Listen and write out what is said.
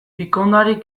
pikondoari